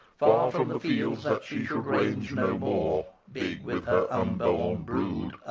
from the fields that she should range no more, big with her unborn brood,